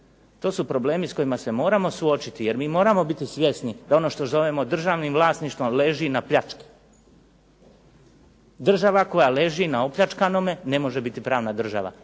To su problemi s kojima se moramo suočiti jer mi moramo biti svjesni da ono što zovemo državnim vlasništvom leži na pljački. Država koja leži na opljačkanome ne može biti pravna država